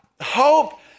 hope